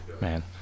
man